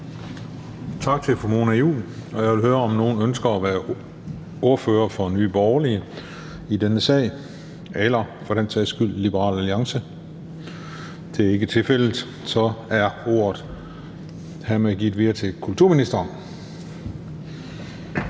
Tak til fru Mona Juul. Jeg vil høre, om nogen ønsker at være ordfører for Nye Borgerlige i denne sag – eller for den sags skyld Liberal Alliance. Det er ikke tilfældet. Så er ordet er hermed givet videre til kulturministeren.